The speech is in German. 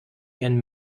ihren